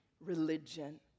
religion